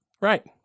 Right